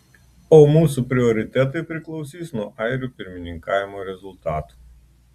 o mūsų prioritetai priklausys nuo airių pirmininkavimo rezultatų